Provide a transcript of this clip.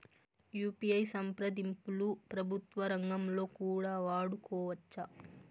UPI సంప్రదింపులు ప్రభుత్వ రంగంలో కూడా వాడుకోవచ్చా?